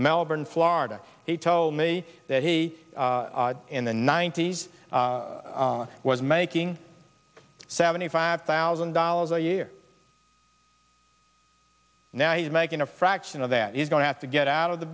melbourne florida he told me that he in the ninety's was making seventy five thousand dollars a year now he's making a fraction of that is going to have to get out of the